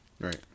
Right